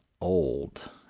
old